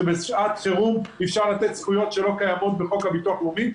שבשעת חירום אפשר לתת זכויות שלא קיימות בחוק הביטוח הלאומי.